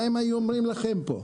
מה הם היו אומרים לכם פה.